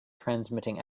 transmitting